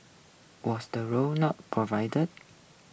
was the route not provide